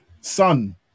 Son